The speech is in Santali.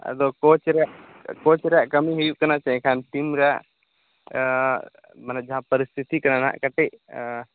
ᱟᱫᱚ ᱠᱳᱪ ᱨᱮᱭᱟᱜ ᱠᱳᱪ ᱨᱮᱭᱟᱜ ᱠᱟᱹᱢᱤ ᱦᱩᱭᱩᱜ ᱠᱟᱱᱟ ᱥᱮ ᱮᱱᱠᱷᱟᱱ ᱴᱤᱢᱨᱮ ᱢᱟᱱᱮ ᱡᱟᱦᱟᱸ ᱯᱟᱨᱤᱥᱛᱤᱛᱤ ᱠᱟᱱᱟ ᱦᱟᱸᱜ ᱠᱟᱹᱴᱤᱡ